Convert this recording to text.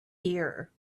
ear